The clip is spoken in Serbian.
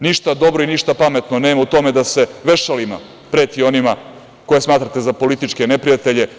Ništa dobro i ništa pametno nema u tome da se vešalima preti onima koje smatrate za političke neprijatelje.